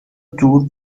دور